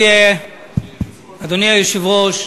אדוני היושב-ראש,